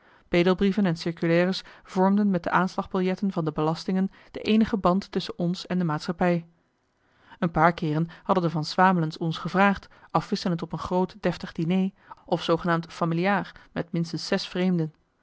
bedelbrieven en circulaires vormden met de aanslagbiljetten van de belastingen de eenige band tusschen ons en de maatschappij een paar keeren hadden de van swamelens ons gevraagd afwisselend op een groot deftig dîner of marcellus emants een nagelaten bekentenis zoogenaamd familjaar met minstens zes vreemden